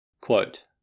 Quote